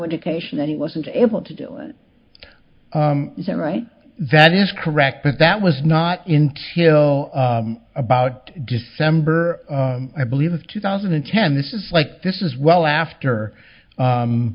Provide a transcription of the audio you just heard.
indication that he wasn't able to do it is that right that is correct but that was not in till about december i believe of two thousand and ten this is like this is well after